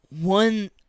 one